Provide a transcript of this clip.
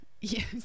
yes